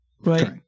right